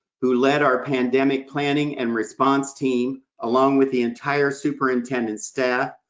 who led our pandemic planning and response team, along with the entire superintendent's staff,